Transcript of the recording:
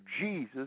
Jesus